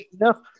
no